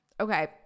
Okay